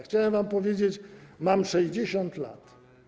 Chciałem wam powiedzieć, że mam 60 lat.